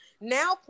now